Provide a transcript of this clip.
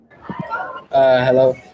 Hello